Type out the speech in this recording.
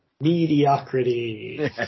Mediocrity